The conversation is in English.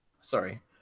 sorry